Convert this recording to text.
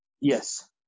yes